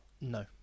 No